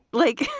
like,